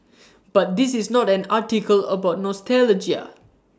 but this is not an article about nostalgia